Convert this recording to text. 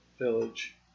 village